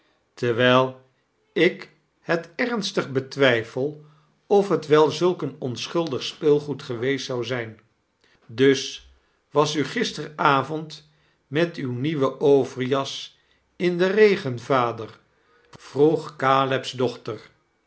teuwijl ik het ernstig betwijfel of het wel zulk onschuldig speelgoed geweest zou zijn dus was u gisteren avond met uwe nieuwe overjas in den regen vader vroeg caleb's dochter